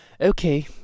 Okay